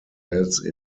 else